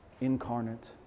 incarnate